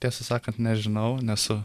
tiesą sakant nežinau nesu